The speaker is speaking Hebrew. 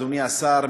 אדוני השר,